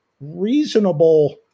reasonable